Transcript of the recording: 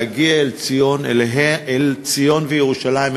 להגיע אל ציון וירושלים,